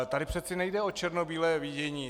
Tady přece nejde o černobílé vidění.